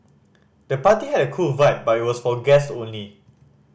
the party had a cool vibe but was for guests only